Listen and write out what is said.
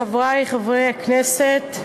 חברי חברי הכנסת,